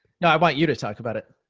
no, i want you to talk about it.